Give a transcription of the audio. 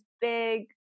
big